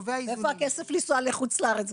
איפה הכסף לנסוע לחוץ לארץ?